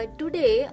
today